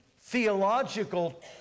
theological